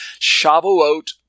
Shavuot